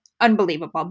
unbelievable